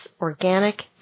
organic